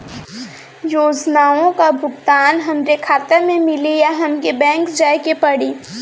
योजनाओ का भुगतान हमरे खाता में मिली या हमके बैंक जाये के पड़ी?